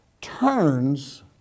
turns